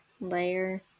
layer